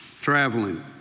traveling